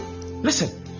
Listen